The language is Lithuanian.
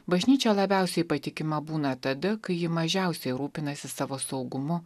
bažnyčia labiausiai patikima būna tada kai ji mažiausiai rūpinasi savo saugumu